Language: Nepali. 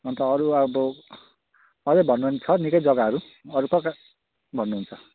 अन्त अरू अब अझै भननु हो भने छ निक्कै जग्गाहरू अरू कहाँ कहाँ भन्नुहुन्छ